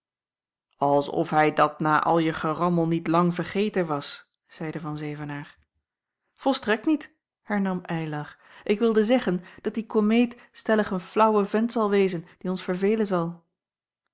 of hij dat na al je gerammel niet lang vergeten was zeide van zevenaer volstrekt niet hernam eylar ik wilde zeggen dat die komeet stellig een flaauwe vent zal wezen die ons verveelen zal